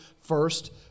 first